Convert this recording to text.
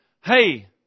hey